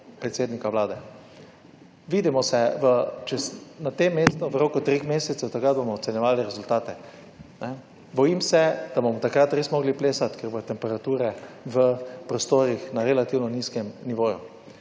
predsednika Vlade. Vidimo se na tem mestu v roku treh mesecev, takrat bomo ocenjevali rezultate. Bojim se, da bomo takrat res morali plesati, ker bodo temperature v prostorih na relativno nizkem nivoju.